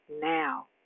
now